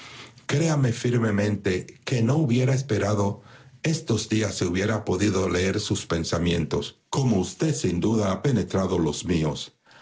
créame firmemente que no hubiera esperado estos días si hubiera podido leer sus pensamientos como usted sin duda ha penetrado los míos